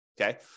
Okay